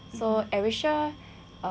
so arisha